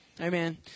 Amen